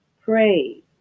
Pray